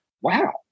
wow